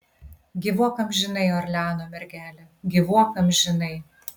gyvuok amžinai orleano mergele gyvuok amžinai